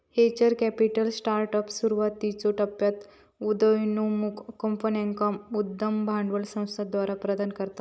venture capital startups, सुरुवातीच्यो टप्प्यात उदयोन्मुख कंपन्यांका उद्यम भांडवल संस्थाद्वारा प्रदान करता